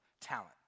talent